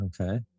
Okay